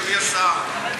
אדוני השר,